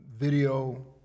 video